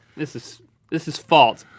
this is this is false.